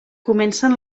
comencen